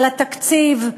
על התקציב.